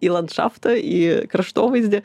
į landšaftą į kraštovaizdį